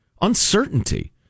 Uncertainty